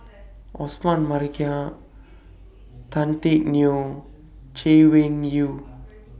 Osman Merican Tan Teck Neo Chay Weng Yew